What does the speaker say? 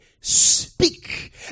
speak